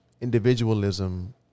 individualism